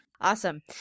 Awesome